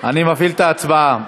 אני מפעיל את ההצבעה.